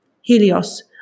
Helios